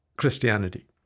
Christianity